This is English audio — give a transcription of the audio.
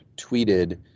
tweeted